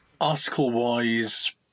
Article-wise